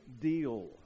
deal